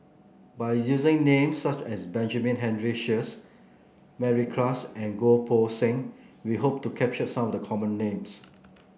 by using names such as Benjamin Henry Sheares Mary Klass and Goh Poh Seng we hope to capture some of the common names